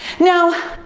now,